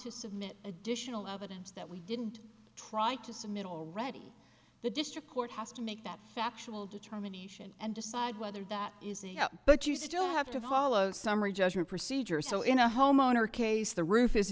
to submit additional evidence that we didn't try to submit already the district court has to make that factual determination and decide whether that is but you still have to follow summary judgment procedure so in a homeowner case the roof is